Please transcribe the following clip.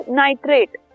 nitrate